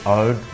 own